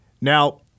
Now